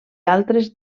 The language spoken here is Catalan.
altres